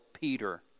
Peter